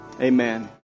Amen